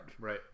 Right